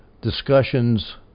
discussions